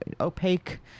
opaque